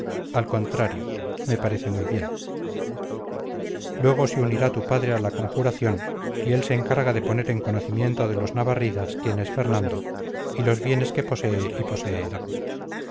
al contrario me parece muy bien luego se unirá tu padre a la conjuración y él se encarga de poner en conocimiento de los navarridas quién es fernando y los bienes que posee y poseerá